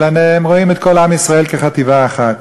אלא הם רואים את עם ישראל כחטיבה אחת.